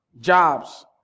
Jobs